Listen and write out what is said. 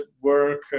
work